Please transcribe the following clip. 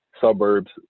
suburbs